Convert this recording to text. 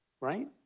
right